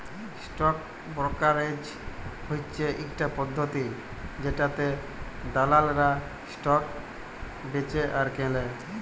stock brokerage হচ্যে ইকটা পদ্ধতি জেটাতে দালালরা স্টক বেঁচে আর কেলে